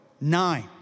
Nine